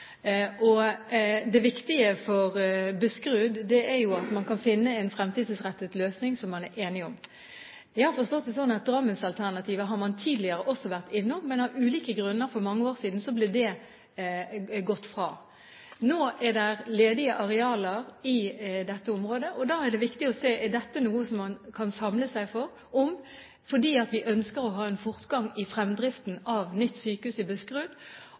Det viktige for Buskerud er jo at man kan finne en fremtidsrettet løsning som man er enig om. Jeg har forstått det slik at man tidligere også har vært innom Drammen-alternativet, men av ulike grunner gikk en for mange år siden bort fra det. Nå er det ledige arealer i dette området. Da er det viktig å se på om dette er noe man kan samles om, for vi ønsker å ha en fortgang i fremdriften av nytt sykehus i Buskerud.